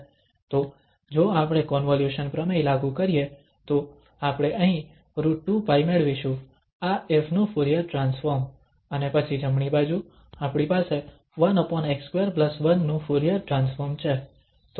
તો જો આપણે કોન્વોલ્યુશન પ્રમેય લાગુ કરીએ તો આપણે અહીં √2π મેળવીશું આ 𝑓 નું ફુરીયર ટ્રાન્સફોર્મ અને પછી જમણી બાજુ આપણી પાસે 1x21 નું ફુરીયર ટ્રાન્સફોર્મ છે